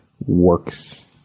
works